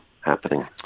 happening